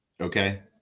okay